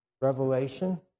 revelation